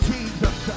Jesus